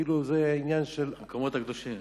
המקומות הקדושים.